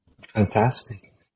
Fantastic